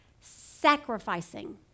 sacrificing